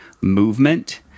movement